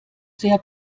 sehr